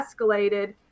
escalated